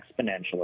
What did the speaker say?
exponentially